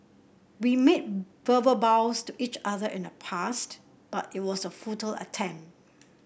we made verbal vows to each other in the past but it was a futile attempt